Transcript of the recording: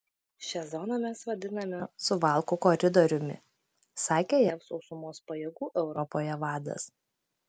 šią zoną mes vadiname suvalkų koridoriumi sakė jav sausumos pajėgų europoje vadas